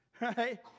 right